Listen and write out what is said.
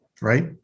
right